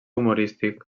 humorístic